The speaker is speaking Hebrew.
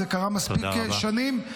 זה קרה מספיק שנים,